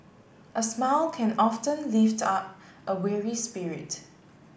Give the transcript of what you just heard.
a smile can often lift up a weary spirit